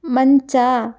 ಮಂಚ